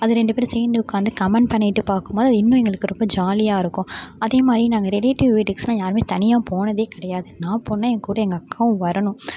அது ரெண்டு பேரும் சேர்ந்து உட்கார்ந்து கமெண்ட் பண்ணிட்டு பார்க்கும் போது இன்னும் எங்களுக்கு ஜாலியாகருக்கும் அதே மாதிரி நாங்கள் ரிலேட்டிவ்ஸ் வீட்டுக்குல்லாம் யாருமே தனியாக போனதே கிடையாது நான் போனால் என் கூட எங்கள் அக்காவும் வரணும்